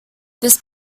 this